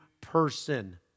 person